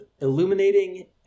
illuminating